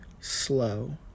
slow